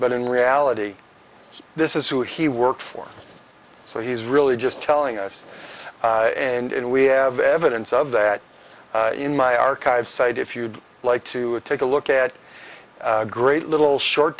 but in reality this is who he works for so he's really just telling us and we have evidence of that in my archive site if you'd like to take a look at a great little short